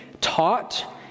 taught